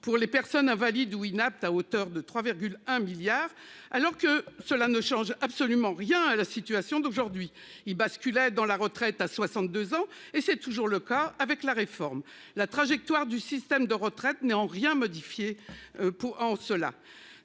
pour les personnes invalides ou inaptes à hauteur de 3,1 milliards alors que cela ne change absolument rien à la situation d'aujourd'hui ils basculait dans la retraite à 62 ans et c'est toujours le cas avec la réforme, la trajectoire du système de retraite n'est en rien modifié pour en cela